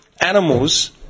animals